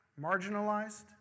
marginalized